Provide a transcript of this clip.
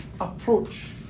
approach